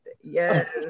Yes